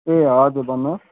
ए हजुर भन्नुहोस्